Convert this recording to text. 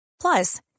Plus